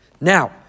Now